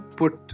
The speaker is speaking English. put